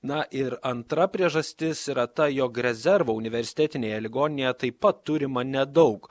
na ir antra priežastis yra ta jog rezervo universitetinėje ligoninėje taip pat turima nedaug